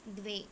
द्वे